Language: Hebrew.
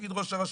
תגיד ראש הרשות,